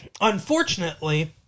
unfortunately